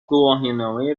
گواهینامه